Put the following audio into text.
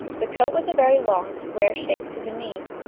the coat was a very long square shape to the knees,